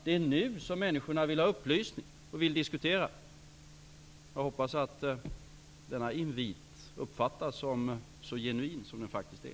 Det är nu som människorna vill ha upplysning och vill diskutera. Jag hoppas att denna invit uppfattas som så genuin som den faktiskt är.